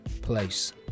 place